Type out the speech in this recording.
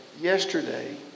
yesterday